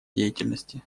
деятельности